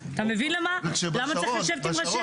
אתה מבין למה צריך לשבת עם ראשי ערים?